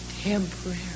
temporary